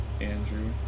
andrew